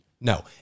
No